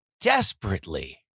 desperately